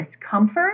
discomfort